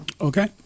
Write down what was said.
okay